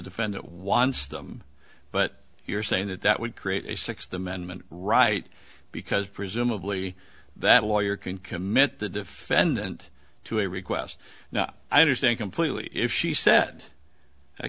defendant wants them but you're saying that that would create a sixth amendment right because presumably that lawyer can commit the defendant to a request now i understand completely if she said